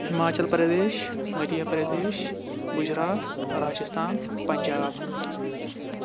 Himachal Pradesh Madhya Pradesh Gujarat Rajasthan Punjab